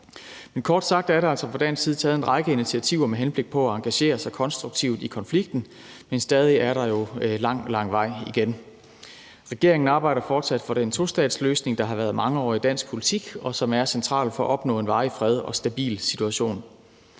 Kort sagt er der altså fra dansk side taget en række initiativer med henblik på at engagere sig konstruktivt i konflikten, men stadig er der jo lang, lang vej igen. Regeringen arbejder fortsat for den tostatsløsning, der har været talt om i mange år i dansk politik, og som er central for at opnå en varig fred og stabil situation.